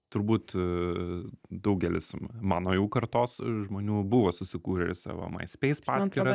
turbūt daugelis mano jau kartos žmonių buvo susikūrę savo myspace paskyrą